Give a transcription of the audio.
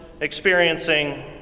experiencing